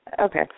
Okay